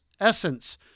essence